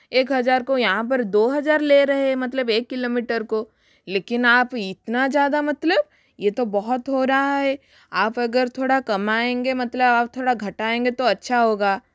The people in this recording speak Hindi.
एक हजार को यहाँ पर दो हजार ले रहे है मतलब एक किलोमीटर को लेकिन आप इतना ज़्यादा मतलब ये तो बहुत हो रहा है आप अगर थोड़ा कम आएँगे मतलब आप थोड़ा घटाएंगे तो अच्छा होगा